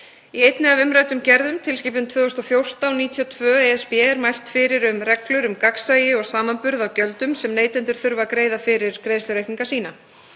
Í einni af umræddum gerðum, tilskipun 2014/92/ESB, er mælt fyrir um reglur um gagnsæi og samanburð á gjöldum sem neytendur þurfa að greiða fyrir greiðslureikninga sína.